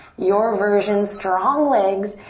your version. strong legs.